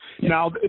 Now